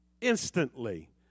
instantly